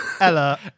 Ella